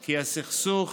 כי הסכסוך